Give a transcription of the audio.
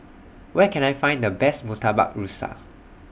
Where Can I Find The Best Murtabak Rusa